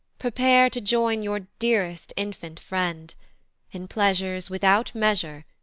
prepare to join your dearest infant friend in pleasures without measure,